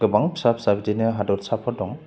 गोबां फिसा फिसा बिदिनो हादरसाफोर दं